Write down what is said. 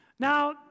Now